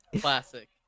classic